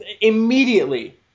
immediately